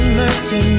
mercy